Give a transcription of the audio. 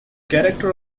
character